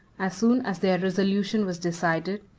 as soon as their resolution was decided,